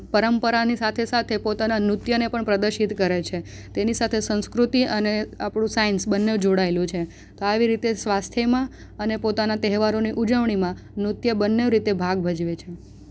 પરંપરાની સાથે સાથે પોતાના નૃત્યને પણ પ્રદર્શિત કરે છે તેની સાથે સંસ્કૃતિ અને આપણું સાયન્સ બન્ને જોડાયેલું છે તો આવી રીતે સ્વાસ્થ્યમાં અને પોતાના તહેવારોની ઉજવણીમાં નૃત્ય બંને રીતે ભાગ ભજવે છે